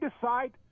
decide